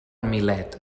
milet